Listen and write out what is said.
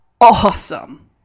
awesome